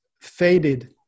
faded